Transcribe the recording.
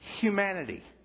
humanity